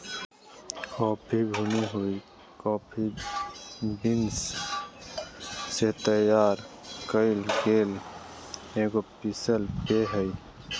coffee भुनी हुई coffee beans से तैयार कइल गेल एगो पीसल पेय हइ